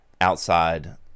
outside